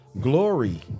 glory